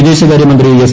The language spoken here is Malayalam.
വിദേശകാര്യ മന്ത്രി എസ്